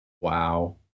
Wow